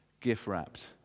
gift-wrapped